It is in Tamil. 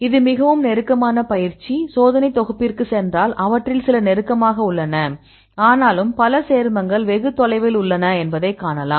இது மிகவும் நெருக்கமான பயிற்சி சோதனைத் தொகுப்பிற்குச் சென்றால் அவற்றில் சில நெருக்கமாக உள்ளன ஆனாலும் பல சேர்மங்கள் வெகு தொலைவில் உள்ளன என்பதை காணலாம்